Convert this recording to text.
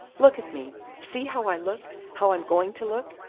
look at me see how i look how i'm going to look!